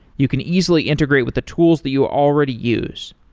you can easily integrate with the tools that you already use.